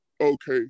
Okay